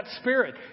spirit